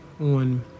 on